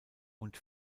und